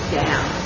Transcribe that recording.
down